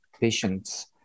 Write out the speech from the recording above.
patients